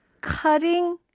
Cutting